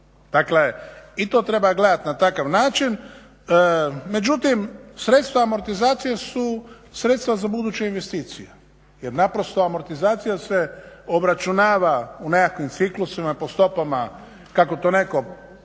Dakle, i to treba gledati na takav način. Međutim sredstva amortizacije su sredstva za buduće investicije jer naprosto amortizacija se obračunava u nekakvim ciklusima po stopama, kako to netko